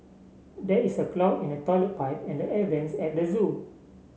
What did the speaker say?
there is a clog in the toilet pipe and the air vents at the zoo